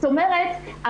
זאת אומרת,